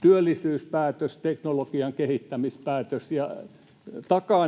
työllisyyspäätös, teknologian kehittämispäätös ja takaa